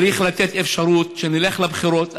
צריך לתת אפשרות שנלך לבחירות.